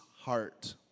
heart